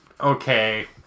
Okay